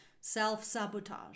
Self-sabotage